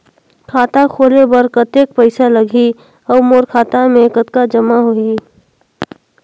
खाता खोले बर कतेक पइसा लगही? अउ मोर खाता मे कतका जमा होही?